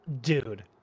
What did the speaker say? Dude